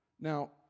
Now